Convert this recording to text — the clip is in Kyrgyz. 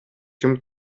ким